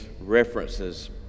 references